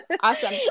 Awesome